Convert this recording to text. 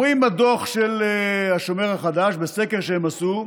אומרים בדוח של השומר החדש, בסקר שהם עשו,